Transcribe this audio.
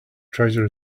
treasure